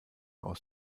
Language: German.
aus